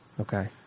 Okay